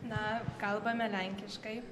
na kalbame lenkiškai